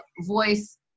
voice